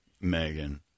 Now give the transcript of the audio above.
Megan